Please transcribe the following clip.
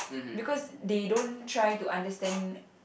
because they don't try to understand